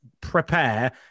prepare